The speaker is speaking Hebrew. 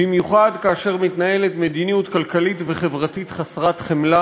במיוחד כאשר מתנהלת מדיניות כלכלית וחברתית חסרת חמלה,